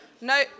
No